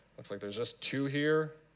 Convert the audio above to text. looks like there's just two here,